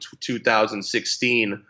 2016